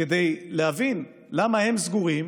כדי להבין למה הם סגורים